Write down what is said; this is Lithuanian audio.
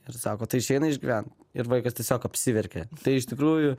ir sako tai išeina išgyvent ir vaikas tiesiog apsiverkė tai iš tikrųjų